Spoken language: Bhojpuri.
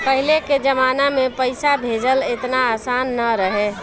पहिले के जमाना में पईसा भेजल एतना आसान ना रहे